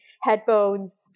headphones